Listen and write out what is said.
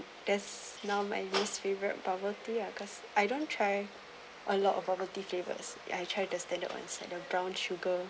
there's now my least favorite bubble tea lah cause I don't try a lot of bubble tea flavors I tried to standard one set of brown sugar